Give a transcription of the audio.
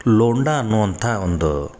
ಲೋಂಡಾ ಅನ್ನುವಂಥ ಒಂದು